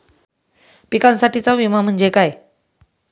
पिकांसाठीचा विमा म्हणजे काय?